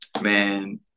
man